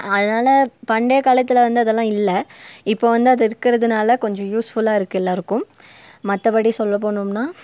அதனால் பண்டைய காலத்தில் வந்து அதெல்லாம் இல்லை இப்போது வந்து அது இருக்கிறதுனால கொஞ்சம் யூஸ்ஃபுல்லாக இருக்குது எல்லோருக்கும் மற்றபடி சொல்ல போகணும்னா